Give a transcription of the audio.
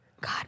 god